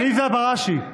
עליזה בראשי,